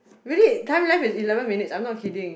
really time left is eleven minutes I'm not kidding